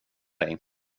dig